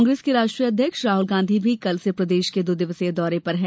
कांग्रेस के राष्ट्रीय अध्यक्ष राहल गांधी भी कल से प्रदेश के दो दिवसीय दौरे पर हैं